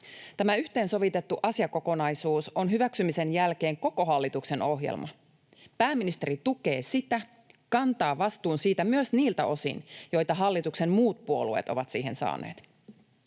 Tämä yhteensovitettu asiakokonaisuus on hyväksymisen jälkeen koko hallituksen ohjelma. Pääministeri tukee sitä, kantaa vastuun siitä myös niiltä osin, joita hallituksen muut puolueet ovat siihen saaneet.